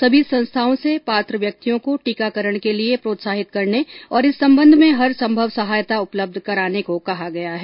समी संस्थाओं से पात्र व्यक्तियों को टीकाकरण के लिए प्रोत्साहित करने और इस संबंध में हर संभव सहायता उपलब्ध कराने को कहा गया है